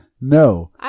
No